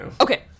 Okay